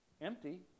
Empty